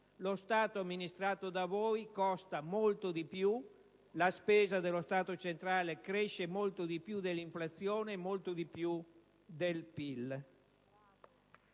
Lo Stato amministrato da voi costa molto di più: la spesa dello Stato centrale cresce molto di più dell'inflazione e molto di più del PIL